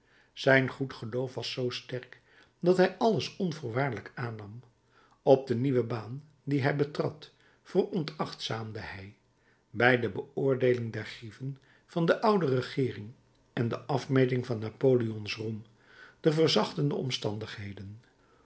zijn goed geloof was zoo sterk dat hij alles onvoorwaardelijk aannam op de nieuwe baan die hij betrad veronachtzaamde hij bij de beoordeeling der grieven van de oude regeering en de afmeting van napoleons roem de verzachtende omstandigheden